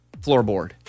floorboard